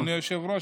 אדוני היושב-ראש,